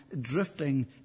drifting